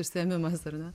užsiėmimas ar ne